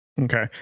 Okay